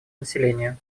населению